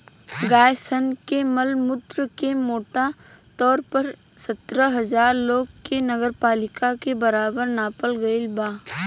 गाय सन के मल मूत्र के मोटा तौर पर सत्तर हजार लोग के नगरपालिका के बराबर नापल गईल बा